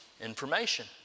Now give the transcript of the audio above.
information